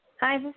Hi